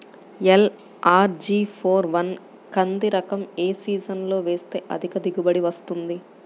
LRG four one కంది రకం ఏ సీజన్లో వేస్తె అధిక దిగుబడి వస్తుంది?